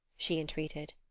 she entreated.